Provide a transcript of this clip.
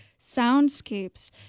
soundscapes